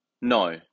No